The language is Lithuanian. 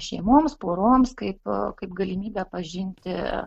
šeimoms poroms kaip kaip galimybę pažinti